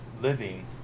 living